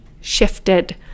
shifted